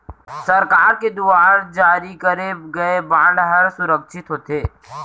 सरकार के दुवार जारी करे गय बांड हर सुरक्छित होथे